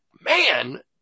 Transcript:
man